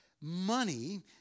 money